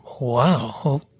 wow